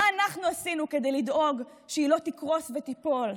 מה אנחנו עשינו כדי לדאוג שהיא לא תקרוס ותיפול,